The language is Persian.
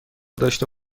داشته